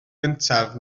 gyntaf